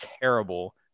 terrible